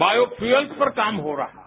biofuel पर काम हो रहा है